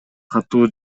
катуу